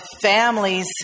families